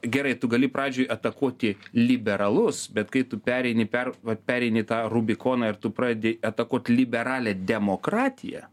gerai tu gali pradžioj atakuoti liberalus bet kai tu pereini per pereini tą rubikoną ir tu pradedi atakuot liberalią demokratiją